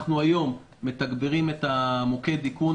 אנחנו היום מתגברים את מוקד האיכון.